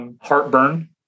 heartburn